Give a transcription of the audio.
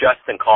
Justin